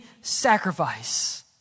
sacrifice